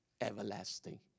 everlasting